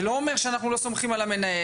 זה לא אומר שאנחנו לא סומכים על המנהל.